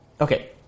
Okay